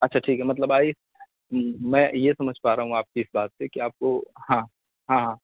اچھا ٹھیک ہے مطلب آئی میں یہ سمجھ پا رہا ہوں آپ کی اس بات سے کہ آپ کو ہاں ہاں